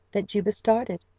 that juba started,